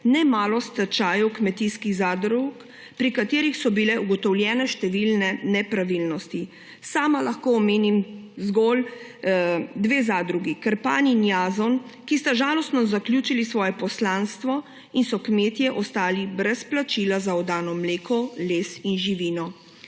nemalo stečajev kmetijskih zadrug, pri katerih so bile ugotovljene številne nepravilnosti. Sama lahko omenim zgolj dve zadrugi, Krpan in Jazon, ki sta žalostno zaključili svoje poslanstvo in so kmetje ostali brez plačila za oddano mleko, les in živino.